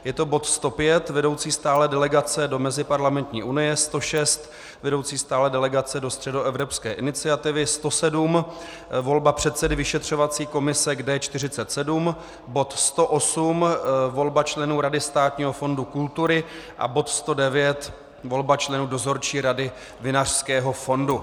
Je to bod 105 vedoucí stálé delegace do Meziparlamentní unie, 106 vedoucí stálé delegace do Středoevropské iniciativy, 107 volba předsedy vyšetřovací komise k D47, bod 108 volba členů rady Státního fondu kultury, a bod 109 volba členů dozorčí rady Vinařského fondu.